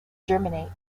germinate